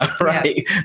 Right